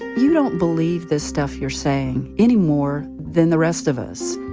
you don't believe this stuff you're saying any more than the rest of us.